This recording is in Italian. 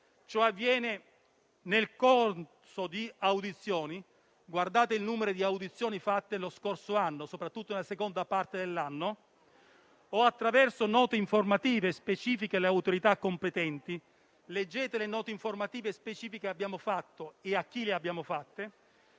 Ciò avviene nel corso di audizioni (guardate il numero di audizioni fatte lo scorso anno, soprattutto nella seconda parte dell'anno) oppure attraverso note informative specifiche alle autorità competenti (leggete le note informative specifiche che abbiamo inviato e a chi le abbiamo